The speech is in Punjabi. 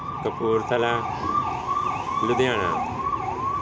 ਕਪੂਰਥਲਾ ਲੁਧਿਆਣਾ